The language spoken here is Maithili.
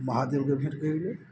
महादेवके भेँट करय लेब